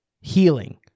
healing